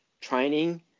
training